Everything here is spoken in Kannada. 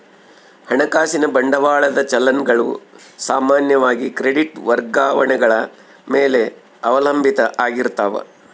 ಹಣಕಾಸಿನ ಬಂಡವಾಳದ ಚಲನ್ ಗಳು ಸಾಮಾನ್ಯವಾಗಿ ಕ್ರೆಡಿಟ್ ವರ್ಗಾವಣೆಗಳ ಮೇಲೆ ಅವಲಂಬಿತ ಆಗಿರ್ತಾವ